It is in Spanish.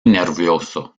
nervioso